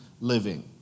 living